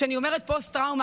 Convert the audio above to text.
כשאני אומרת "פוסט-טראומה",